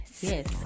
Yes